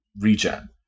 regen